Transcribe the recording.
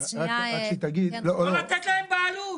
לא לתת להם בעלות.